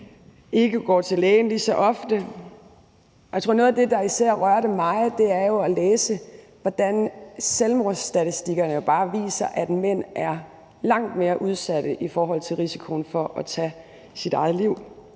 ikke går til læge lige så ofte. Jeg tror, at noget af det, der især rørte mig, er at læse, hvordan selvmordsstatistikkerne bare viser, at mænd er langt mere udsat i forhold til risikoen for at tage deres eget liv.